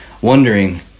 wondering